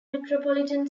metropolitan